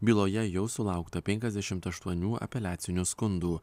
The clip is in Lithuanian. byloje jau sulaukta penkiasdešimt aštuonių apeliacinių skundų